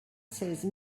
seize